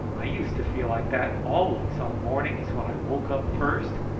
i used to feel like that always on mornings when i woke up first,